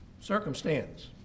circumstance